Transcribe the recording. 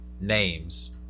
names